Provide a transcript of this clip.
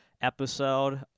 episode